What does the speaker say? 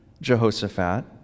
Jehoshaphat